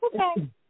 okay